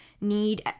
need